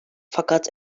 fakat